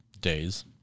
days